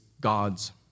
God's